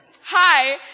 Hi